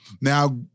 Now